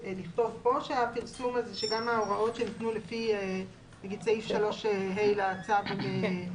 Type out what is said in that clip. נכתוב כאן שגם ההוראות שניתנו לפי סעיף 3(ה) לצו?